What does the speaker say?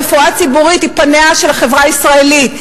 הרפואה הציבורית היא פניה של החברה הישראלית.